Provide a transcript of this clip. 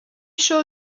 sure